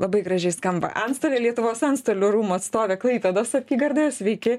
labai gražiai skamba antstolė lietuvos antstolių rūmų atstovė klaipėdos apygardoje sveiki